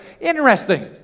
interesting